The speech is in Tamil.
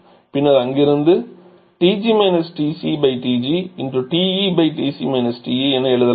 பின்னர் அங்கிருந்து இது என எழுதலாம்